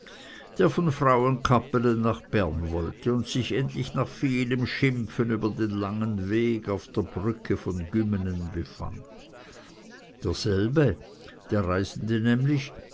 der von frauenkappelen nach bern wollte und sich endlich nach vielem schimpfen über den langen weg auf der brücke von gümmenen befand derselbe der reisende nämlich